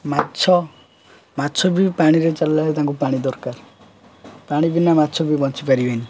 ମାଛ ମାଛ ବି ପାଣିରେ ଚାଲିଲା ବେଳେ ତାଙ୍କୁ ପାଣି ଦରକାର ପାଣି ବିନା ମାଛ ବି ବଞ୍ଚିପାରିବେନି